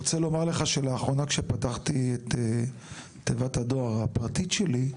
--- אני רוצה להגיד לך שלאחרונה כשפתחתי את תיבת הדואר הפרטית שלי,